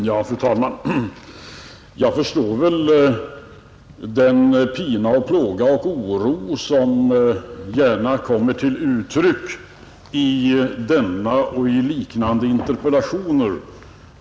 Fru talman! Jag förstår den pina och plåga och oro som gärna kommer till uttryck i denna och liknande interpellationer.